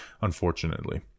unfortunately